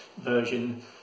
version